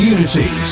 Unity